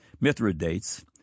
Mithridates